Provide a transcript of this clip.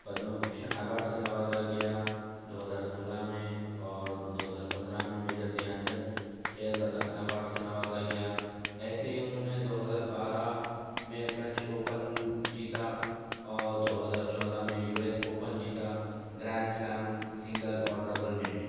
Padma Bhushan award سے نوازا گیا دو ہزار سولہ میں اور دو ہزار پندرہ میں میجر دھیان چند کھیل رتن ایوراڈ سے نوازا گیا ایسے ہی انہوں نے دو ہزار بارہ میں فرنچ اوپن جیتا اور دو ہزار چودہ میں يو ايس اوپن جیتا گرین سليم سنگل اور ڈبل میں بھی